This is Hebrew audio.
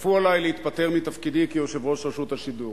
כפו עלי להתפטר מתפקידי כיושב-ראש רשות השידור,